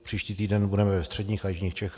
Příští týden budeme ve středních a jižních Čechách.